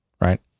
right